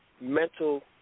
mental